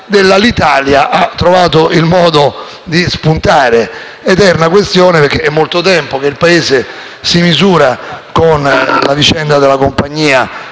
dell'Alitalia ha trovato modo di spuntare. Parlo di eterna questione perché è molto tempo che il Paese si misura con la vicenda della compagnia